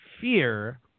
fear